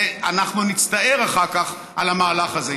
ואנחנו נצטער אחר כך על המהלך הזה.